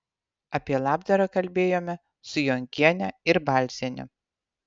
apie labdarą kalbėjome su jonkiene ir balziene